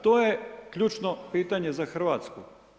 To je ključno pitanje za Hrvatsku.